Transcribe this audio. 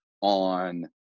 on